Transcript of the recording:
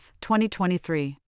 2023